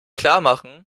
klarmachen